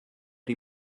die